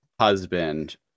husband